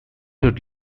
would